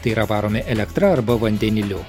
tai yra varomi elektra arba vandeniliu